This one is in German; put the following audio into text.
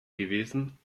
gewesen